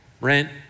rent